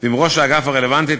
ועם ראש האגף הרלוונטי,